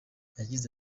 yagize